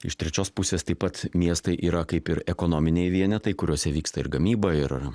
iš trečios pusės taip pat miestai yra kaip ir ekonominiai vienetai kuriuose vyksta ir gamyba ir